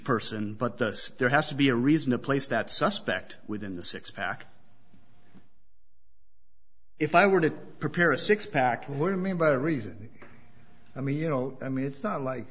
person but that there has to be a reason to place that suspect within the six pack if i were to prepare a six pack where mean by reason i mean you know i mean it's not like